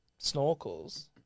snorkels